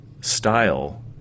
style